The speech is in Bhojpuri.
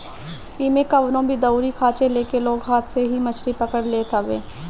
एमे कवनो भी दउरी खाची लेके लोग हाथ से ही मछरी पकड़ लेत हवे